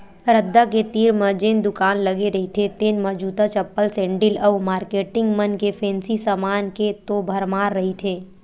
रद्दा के तीर म जेन दुकान लगे रहिथे तेन म जूता, चप्पल, सेंडिल अउ मारकेटिंग मन के फेंसी समान के तो भरमार रहिथे